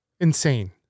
Insane